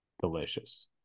delicious